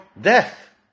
death